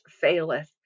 faileth